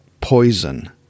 poison